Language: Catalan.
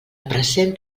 present